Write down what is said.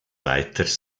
weiters